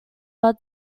bud